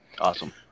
awesome